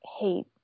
hate